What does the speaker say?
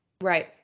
Right